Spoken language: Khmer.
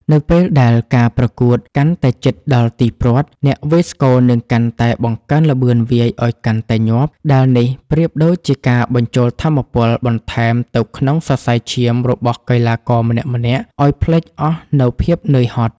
នៅពេលដែលការប្រកួតកាន់តែជិតដល់ទីព្រ័ត្រ អ្នកវាយស្គរនឹងកាន់តែបង្កើនល្បឿនវាយឱ្យកាន់តែញាប់ ដែលនេះប្រៀបដូចជាការបញ្ចូលថាមពលបន្ថែមទៅក្នុងសរសៃឈាមរបស់កីឡាករម្នាក់ៗឱ្យភ្លេចអស់នូវភាពនឿយហត់។